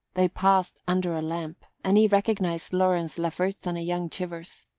they passed under a lamp, and he recognised lawrence lefferts and a young chivers.